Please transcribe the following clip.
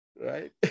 right